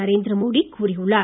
நரேந்திர மோடி கூறியுள்ளார்